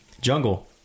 jungle